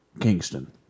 Kingston